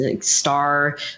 star